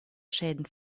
schäden